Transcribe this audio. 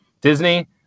Disney